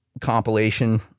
compilation